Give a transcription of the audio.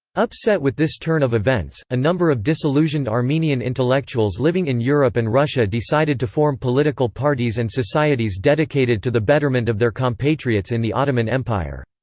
upset with this turn of events, a number of disillusioned armenian intellectuals living in europe and russia decided to form political parties and societies dedicated to the betterment of their compatriots in the ottoman empire.